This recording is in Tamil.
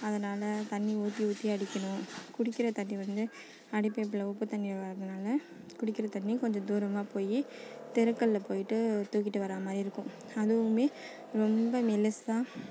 அதனால தண்ணி ஊற்றி ஊற்றி அடிக்கணும் குடிக்கிற தண்ணி வந்து அடி பைப்பில் உப்பு தண்ணி வர்றதுனால குடிக்கிற தண்ணி கொஞ்சம் தூரமாக போய் தெருக்களில் போய்ட்டு தூக்கிகிட்டு வர்ற மாதிரி இருக்கும் அதுவும் ரொம்ப மெல்லிசாக